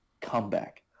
comeback